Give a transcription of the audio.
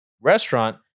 restaurant